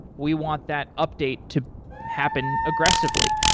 we want that update to happen aggressively.